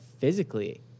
physically